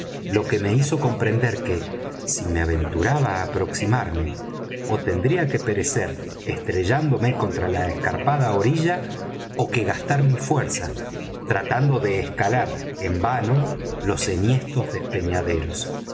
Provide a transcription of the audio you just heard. lo que me hizo comprender que si me aventuraba á aproximarme ó tendría que perecer estrellándome contra la escarpada orilla ó que gastar mi fuerza tratando de escalar en vano los enhiestos despeñaderos